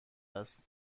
است